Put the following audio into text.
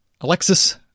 Alexis